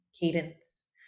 cadence